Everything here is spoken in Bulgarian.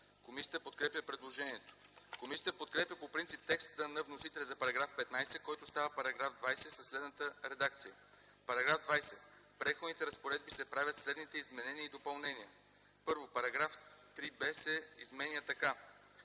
Комисията подкрепя предложението. Комисията подкрепя по принцип текста на вносителя за § 15, който става § 20 със следната редакция: „§ 20. В Преходните разпоредби се правят следните изменения и допълнения: 1. Параграф 3б се изменя така: